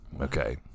okay